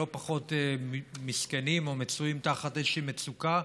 לא פחות מסכנים או מצויים באיזו מצוקה,